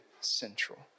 central